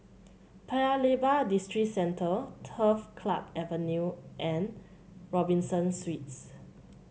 Paya Lebar Districentre Turf Club Avenue and Robinson Suites